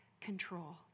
control